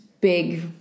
big